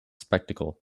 spectacle